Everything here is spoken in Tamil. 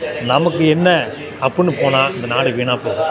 நமக்கு என்ன அப்புடினு போனால் இந்த நாடு வீணாகப்போகும்